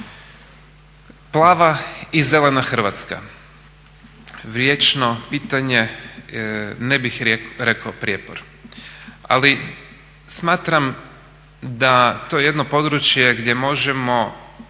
Plava i zelena Hrvatska, vječno pitanje, ne bih rekao prijepor. Ali smatram da to je jedno područje gdje možemo